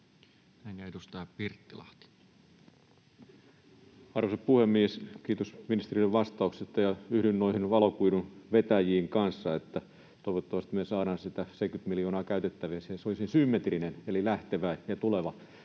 Ja edustaja Pirttilahti. Arvoisa puhemies! Kiitos ministerille vastauksesta. Yhdyn kanssa noihin valokuidun vetäjiin siinä, että toivottavasti me saadaan 70 miljoonaa käytettäväksi siihen, että se olisi symmetrinen eli että lähtevä ja tuleva